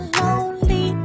lonely